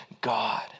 god